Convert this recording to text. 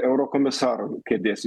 eurokomisaro kėdės